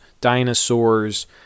dinosaurs